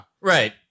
right